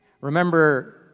Remember